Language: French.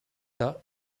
tas